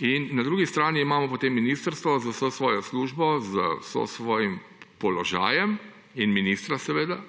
In na drugi strani imamo potem ministrstvo z vso svojo službo, z vsem svojim položajem in seveda